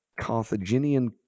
Carthaginian